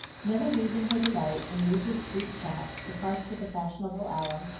never losing her delight in regent street shops, the parks at the fashionable hour,